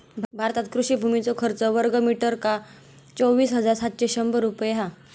भारतात कृषि भुमीचो खर्च वर्गमीटरका चोवीस हजार सातशे शंभर रुपये हा